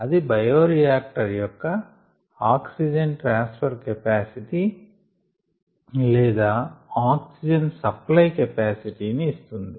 అది బయోరియాక్టర్ యొక్క oxygen transfer capacity లేదా ఆక్సిజన్ సప్ప్లై కెపాసిటీ ని ఇస్తుంది